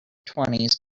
twenties